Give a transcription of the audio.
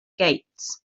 gates